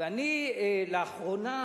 ואני לאחרונה